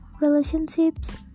relationships